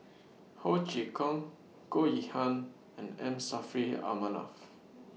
Ho Chee Kong Goh Yihan and M Saffri A Manaf